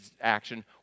action